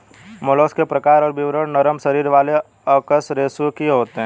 mollusc के प्रकार और विवरण नरम शरीर वाले अकशेरूकीय होते हैं